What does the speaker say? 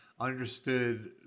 understood